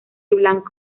blanco